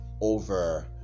over